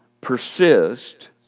persist